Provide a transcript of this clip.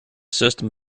system